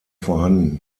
vorhanden